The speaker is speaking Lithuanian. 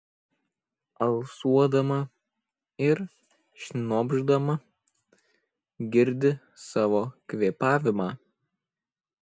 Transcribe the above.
alsuodama ir šnopšdama girdi savo kvėpavimą